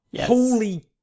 Holy